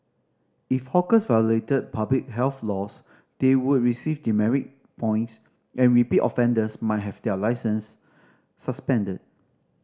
if hawkers violated public health laws they would receive demerit points and repeat offenders might have their licences suspended